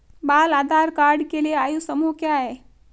बाल आधार कार्ड के लिए आयु समूह क्या है?